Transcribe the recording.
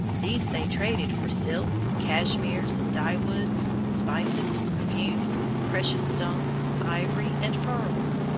these they traded for silks, cashmeres, dyewoods, spices, perfumes, precious stones, ivory, and pearls.